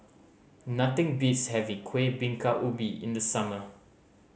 nothing beats having Kueh Bingka Ubi in the summer